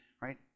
right